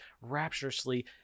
rapturously